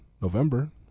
November